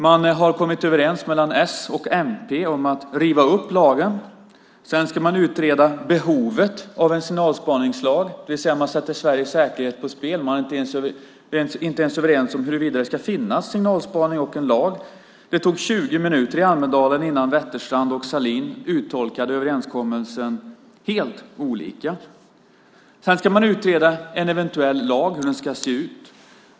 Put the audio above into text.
Man har kommit överens mellan s och mp om att riva upp lagen. Sedan ska man utreda behovet av en signalspaningslag, det vill säga att man sätter Sveriges säkerhet på spel. Man är inte ens överens om huruvida det ska finnas signalspaning och en lag. Det tog 20 minuter i Almedalen innan Wetterstrand och Sahlin uttolkade överenskommelsen helt olika. Sedan ska man utreda hur en eventuell lag ska se ut.